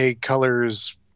Colors